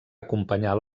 acompanyar